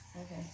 Okay